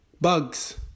bugs